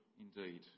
indeed